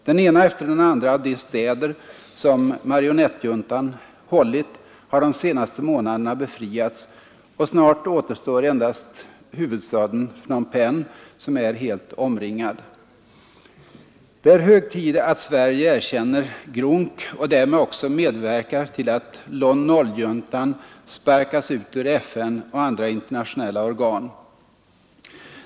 Den ena efter den andra av de städer som marionettjuntan hållit har de senaste månaderna befriats, och snart återstår endast huvudstaden Phnom Penh, som är helt omringad. Det är hög tid att Sverige erkänner GRUNC och därmed också medverkar till att Lon Nol-juntan sparkas ut ur FN och andra internationella organ.